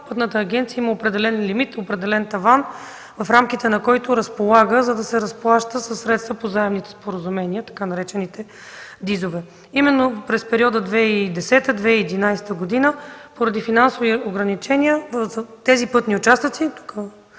Пътната агенция има определен лимит, таван, в рамките на който разполага, за да се разплаща със средства по заемните споразумения, тъй наречените ДИЗ-ове. През периода 2010-2011 г. поради финансови ограничения по тези пътни участъци